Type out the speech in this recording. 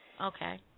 Okay